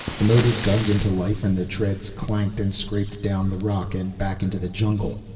the motor gunned into life and the treads clanked and scraped down the rock and back into the jungle.